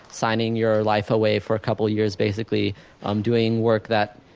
signing your life away for a couple years, basically um doing work that,